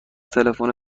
تلفن